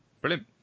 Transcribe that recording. Brilliant